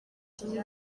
kinini